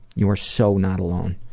you are so not alone.